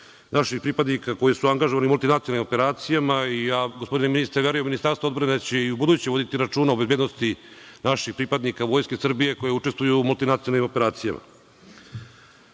naših pripadnika koji su angažovani u multinacionalnim operacijama i ja gospodine ministre verujem da će Ministarstvo odbrane i ubuduće voditi računa o bezbednosti naših pripadnika Vojske Srbije koji učestvuju u multinacionalnim operacijama. Pripadnici